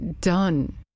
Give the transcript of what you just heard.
done